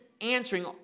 answering